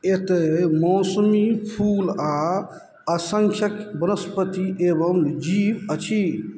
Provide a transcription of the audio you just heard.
एतय मौसमी फूल आओर असंख्यक वनस्पति एवम जीव अछि